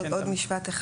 עוד משפט אחד.